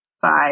five